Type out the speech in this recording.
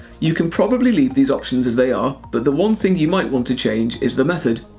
you can probably leave these options as they are, but the one thing you might want to change is the method.